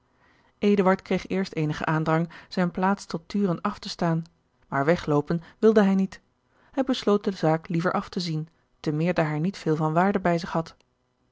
kreeg eerst eenigen aandrang zijne plaats tot turen af te staan maar wegloopen wilde hij niet hij besloot de zaak liever af te zien te meer daar hij niet veel van waarde bij zich had